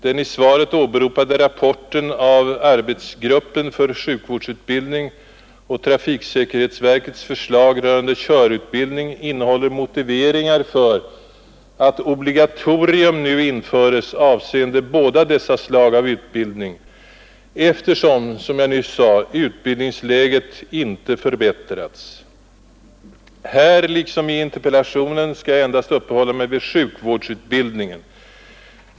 Den i svaret åberopade rapporten av arbetsgruppen för sjukvårdsutbildning och trafiksäkerhetsverkets förslag rörande körutbildning innehåller motiveringar för att obligatorium nu införes avseende båda dessa slag av utbildning, eftersom, som jag nyss sade, utbildningsläget inte förbättrats. Här liksom i interpellationen skall jag endast uppehålla mig vid sjukvårdsutbildningen.